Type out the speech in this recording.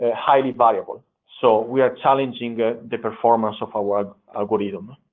ah highly variable, so we are challenging the performance of our algorithm.